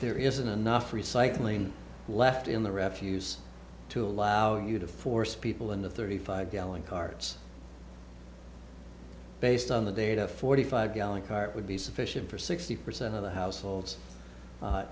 there isn't enough recycling left in the refuse to allow you to force people into thirty five gallon cars based on the data forty five gallon cart would be sufficient for sixty percent of the households